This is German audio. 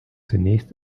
zunächst